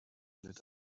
lit